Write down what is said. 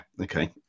okay